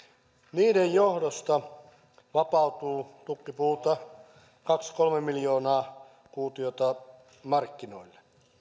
niiden johdosta vapautuu tukkipuuta kaksi viiva kolme miljoonaa kuutiota markkinoille